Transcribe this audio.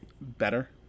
better